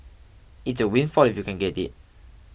it's a windfall if you can get it